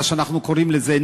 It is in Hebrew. כך אנחנו קוראים לזה,